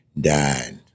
died